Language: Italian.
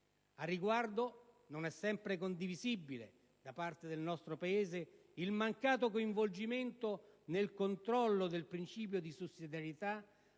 Al riguardo, non è sempre condivisibile, da parte del nostro Paese, il mancato coinvolgimento nel controllo del principio di sussidarietà